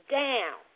down